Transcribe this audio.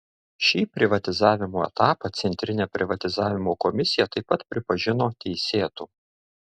šį privatizavimo etapą centrinė privatizavimo komisija taip pat pripažino teisėtu